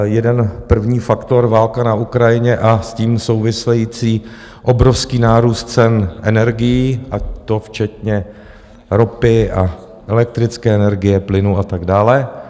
Jeden, první faktor válka na Ukrajině a s tím související obrovský nárůst cen energií, a to včetně ropy a elektrické energie, plynu a tak dále.